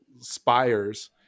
spires